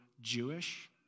Jewish